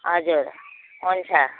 हजुर हुन्छ